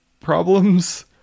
problems